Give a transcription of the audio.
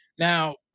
Now